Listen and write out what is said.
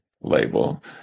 label